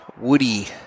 woody